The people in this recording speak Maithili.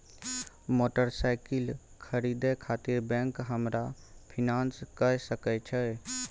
मोटरसाइकिल खरीदे खातिर बैंक हमरा फिनांस कय सके छै?